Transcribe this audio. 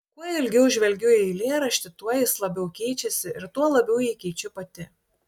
kuo ilgiau žvelgiu į eilėraštį tuo jis labiau keičiasi ir tuo labiau jį keičiu pati